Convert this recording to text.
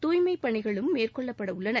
தூய்மை பணிகளும் மேற்கொள்ளப்படவுள்ளன